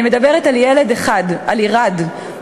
אני מדברת על ילד אחד, על עירד.